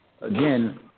again